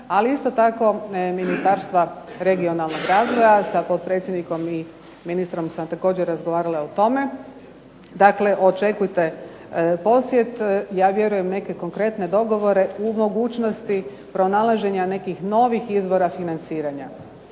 ali isto tako i Ministarstva regionalnog razvoja sa potpredsjednikom i ministrom sam također razgovarala o tome. Dakle, očekujte posjet. Ja vjerujem neke konkretne dogovore u mogućnosti pronalaženja nekih ovih izvora financiranja.